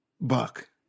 Buck